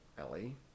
Ellie